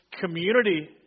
community